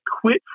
quit